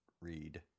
read